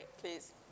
please